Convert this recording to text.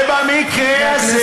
מה התפקיד של המשטרה?